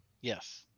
Yes